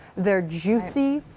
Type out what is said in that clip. they're juicy,